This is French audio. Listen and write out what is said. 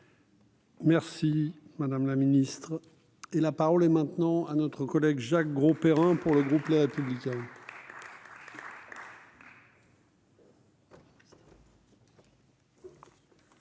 Merci madame la ministre et la parole est maintenant à notre collègue Jacques Grosperrin pour le groupe, les républicains.